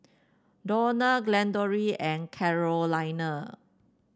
Dawna Glendora and Carolina